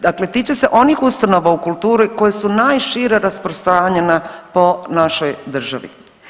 Dakle tiče se onih ustanova u kulturi koje su najšire rasprostranjena po našoj državi.